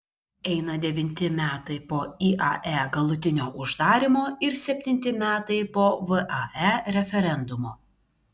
eina devinti metai po iae galutinio uždarymo ir septinti metai po vae referendumo